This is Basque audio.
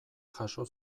jaso